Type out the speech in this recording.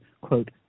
quote